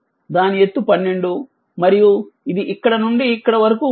దాని ఎత్తు 12 మరియు ఇది ఇక్కడ నుండి ఇక్కడ వరకు 3 ఉంది